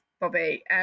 Bobby